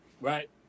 right